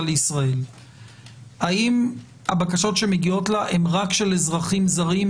לישראל האם הבקשות שמגיעות אליה הן רק של אזרחים זרים?